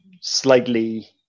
Slightly